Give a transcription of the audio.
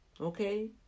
Okay